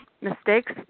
mistakes